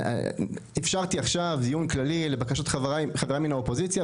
אפשרתי עכשיו דיון כללי לבקשת חבריי מן האופוזיציה,